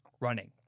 running